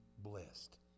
blessed